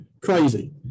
crazy